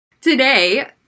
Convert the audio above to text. Today